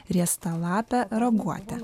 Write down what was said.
riestalapę raguotę